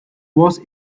was